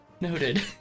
Noted